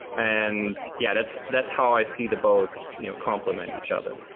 and yeah, that's that's how i see the both complement each other.